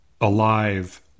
alive